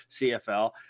cfl